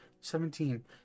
Seventeen